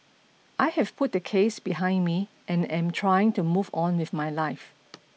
I have put the case behind me and am trying to move on with my life